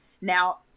Now